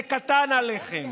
זה קטן עליכם.